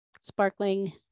sparkling